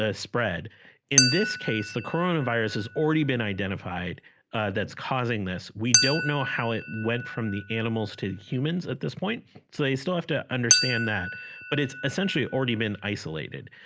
ah spread in this case the corona virus has already been identified that's causing this we don't know how it went from the animals to humans at this point so they still have to understand that but it's essentially already been isolated